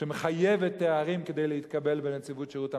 שמחייבת תארים כדי להתקבל בנציבות שירות המדינה,